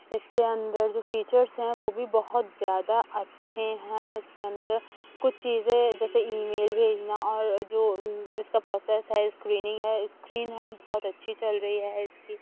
اِس کے اندر جو فیچرس ہیں وہ بھی بہت زیادہ اچھے ہیں اِس کے اندر کچھ چیزیں جیسے ای میل بھیجنا اور جو اِس کا پروسس ہے اسکریننگ ہے اسکرین ہے بہت اچھی چل رہی ہے اِس کی